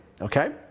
okay